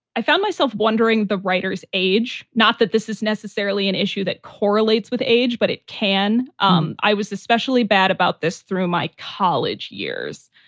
i found myself wondering the writer's age, not that this is necessarily an issue that correlates with age, but it can. um i was especially bad about this through my college years,